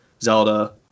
Zelda